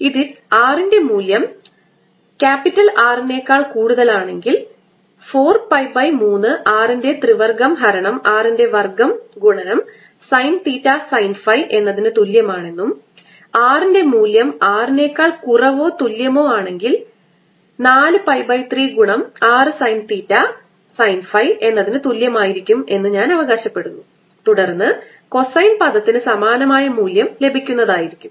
ഇതിൽ r ൻറെ മൂല്യം R നേക്കാൾ കൂടുതലാണെങ്കിൽ 4π3 R ൻറെ ത്രിവർഗ്ഗം ഹരണം r ൻറെ വർഗ്ഗം ഗുണം സൈൻ തിറ്റ സൈൻ ഫൈ എന്നതിന് തുല്യമാണെന്നും r ൻറെ മൂല്യം R നേക്കാൾ കുറവോ തുല്യമോ ആണെങ്കിൽ 4π3 ഗുണം r sine theta sine phi എന്നതിനു തുല്യമായിരിക്കും എന്ന് ഞാൻ അവകാശപ്പെടുന്നു തുടർന്ന് കൊസൈൻ പദത്തിന് സമാനമായ മൂല്യം ലഭിക്കുന്നതായിരിക്കും